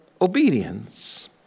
obedience